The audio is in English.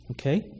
Okay